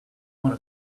want